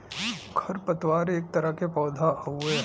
खर पतवार एक तरह के पौधा हउवे